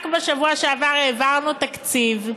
רק בשבוע שעבר העברנו תקציב,